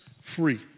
free